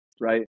right